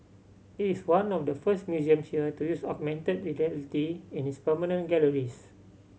it is one of the first museum here to use augmented reality in its permanent galleries